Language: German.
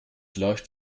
läuft